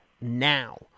now